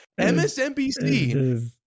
MSNBC